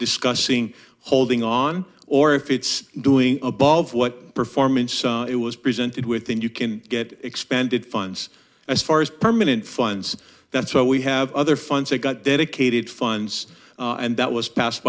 discussing holding on or if it's doing above what performance it was presented with then you can get expanded funds as far as permanent funds that's why we have other funds that got dedicated funds and that was passed